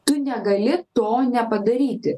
tu negali to nepadaryti